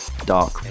dark